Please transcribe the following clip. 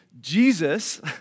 Jesus